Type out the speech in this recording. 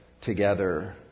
together